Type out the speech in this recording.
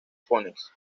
phoenix